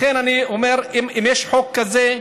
לכן אני אומר, אם יש חוק כזה,